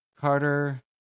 Carter